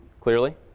clearly